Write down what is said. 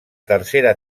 tercera